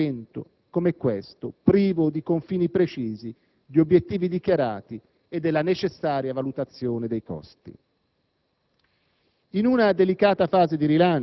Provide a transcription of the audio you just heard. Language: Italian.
trovarsi di fronte ad un intervento come questo, privo di confini precisi, di obiettivi dichiarati e della necessaria valutazione dei costi.